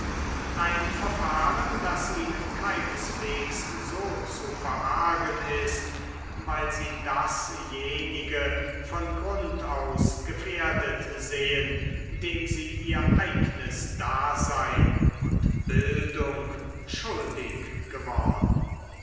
ein verfahren das ihnen keineswegs so zu verargen ist weil sie dasjenige von grund aus gefährdet sehen dem sie ihr eignes dasein und bildung schuldig geworden